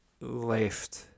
left